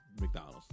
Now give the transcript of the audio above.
McDonald's